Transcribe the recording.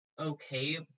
okay